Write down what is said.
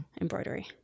embroidery